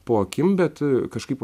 po akim bet kažkaip